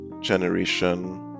generation